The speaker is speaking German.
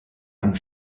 einen